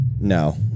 no